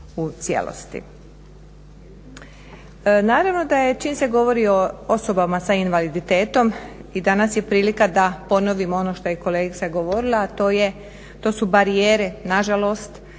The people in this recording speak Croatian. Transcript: u cijelosti. Naravno da je čim se govori o osobama s invaliditetom i danas je prilika da ponovimo ono što je kolegica govorila, a to su barijere nažalost,